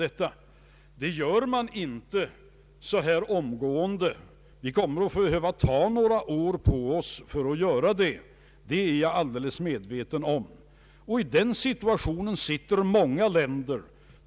Det gör man inte omgående. Vi kommer att behöva några år på oss för det. Det är jag helt medveten om. I den situationen befinner sig många länder.